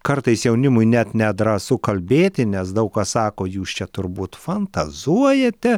kartais jaunimui net nedrąsu kalbėti nes daug kas sako jūs čia turbūt fantazuojate